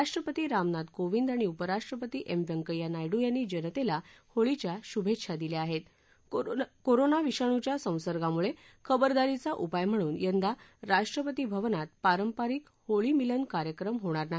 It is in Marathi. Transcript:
राष्ट्रपती रामनाथ कोविंद आणि उपराष्ट्रपती एम वेंकय्या नायडू यांनी जणतेला होळीच्या शुभेच्छा दिल्या कोरोना विषाणुच्या संसर्गामुळे खबरदारीचा उपाय म्हणून यंदा राष्ट्रपती भवनात पारंपरिक होळी मिलन कार्यक्रम होणार नाही